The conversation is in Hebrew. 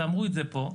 ואמרו את זה פה,